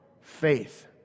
faith